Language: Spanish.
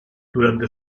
durante